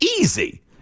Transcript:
easy